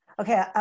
Okay